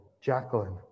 Jacqueline